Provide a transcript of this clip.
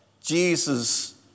Jesus